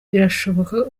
birashoboka